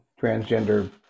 transgender